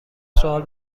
سوال